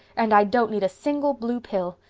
and i don't need a single blue pill!